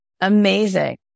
Amazing